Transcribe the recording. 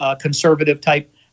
conservative-type